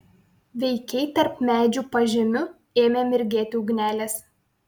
veikiai tarp medžių pažemiu ėmė mirgėti ugnelės